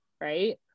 right